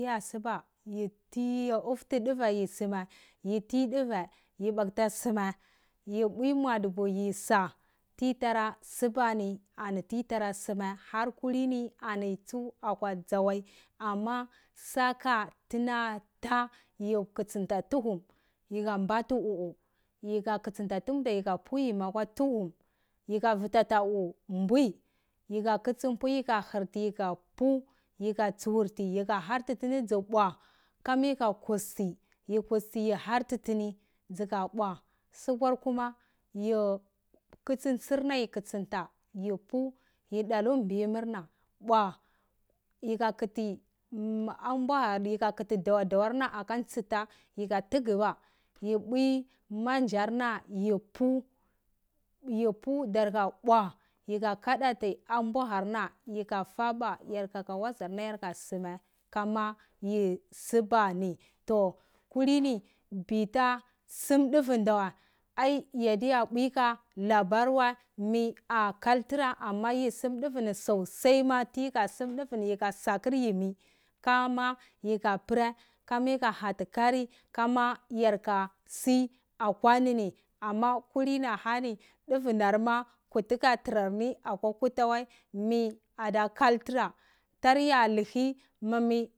Tiyata suba yi ti yi ujtu duvu ni yor soma yi ti duvai bakta suma yi bwi madubu yi bato sa ti tarasubani ani tira ra suma ani harkulinini tsu akwa djawai ama saka tuna tayi kutsunta tuhum yi kambati uwuyi ka tunda yika pwi yimi akwa tuhum yika vwiti atauwu ka mbwi yika kitsi mpwi yika hurti yika pu yika tsuhurtiyi ka harti dzuka pwa koma yika kustsi yi tusti yihorti tuni kama ajuka pwa sukwar kuma yi kitsi nstir na yika kitsinta yi ka pu yi dalu mbimarna pwa yi ka kiti ambwarna yihakiti dawar ha aka ntsita yika tuguba yi pwi manjarna yo pu darka bwa yi ka kadati ambwarna yikafati yarkuka wazor na yarka somai komayi suboni yo kulini mbim ta sum dulunda wai ai yudiyu bwi ka labar wai mi akaltura yi ka sum duvai ni sosai tika bwi ka sum duvai ni yika sakur yimi kamo yika prae leama yika hati fiori hama yar kabi atwanini ama kulini ahaniniduvai ni ma kurti ka tarami akwa kutawai mi adakaltura tarya lihi ma mi